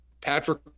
Patrick